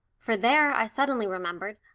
for there, i suddenly remembered,